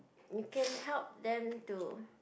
you can help them to